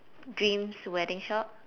dreams wedding shop